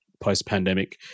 post-pandemic